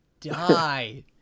die